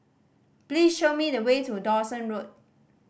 please show me the way to Dawson Road